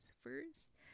first